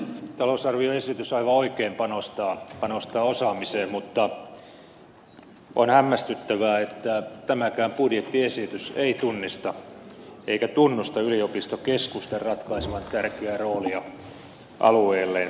talousarvioesitys aivan oikein panostaa osaamiseen mutta on hämmästyttävää että tämäkään budjettiesitys ei tunnista eikä tunnusta yliopistokeskusten ratkaisevan tärkeää roolia alueelleen